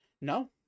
No